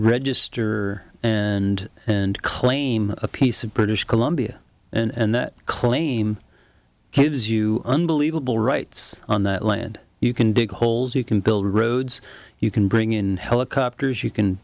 register and and claim a piece of british columbia and that claim gives you unbelievable rights on that land you can dig holes you can build roads you can bring in helicopters you can